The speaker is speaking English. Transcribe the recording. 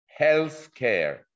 healthcare